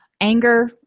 Anger